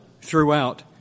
throughout